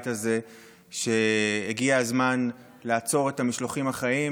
הזה שהגיע הזמן לעצור את המשלוחים החיים,